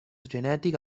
genètic